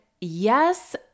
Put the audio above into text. yes